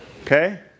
Okay